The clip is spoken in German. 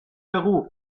peru